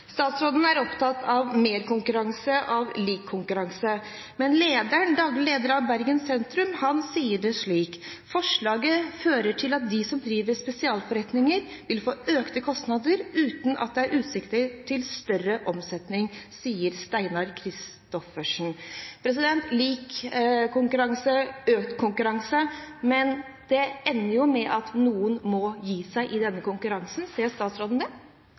Statsråden er opptatt av mer konkurranse, av lik konkurranse. Men daglig leder av Bergen Sentrum, Steinar Kristoffersen, sier det slik: «Forslaget fører til at de som driver spesialforretninger vil få økte kostnader uten at det er utsikt til større omsetning.» Lik konkurranse, økt konkurranse – ja, men det ender jo med at noen må gi seg i denne konkurransen. Ser statsråden det?